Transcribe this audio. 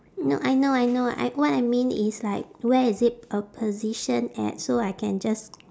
no I know I know I what I mean is like where is it uh position at so I can just